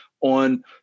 on